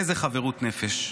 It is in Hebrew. איזו חברות נפש.